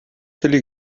chili